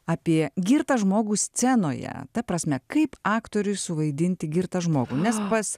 apie girtą žmogų scenoje ta prasme kaip aktoriui suvaidinti girtą žmogų nes pas